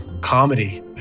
comedy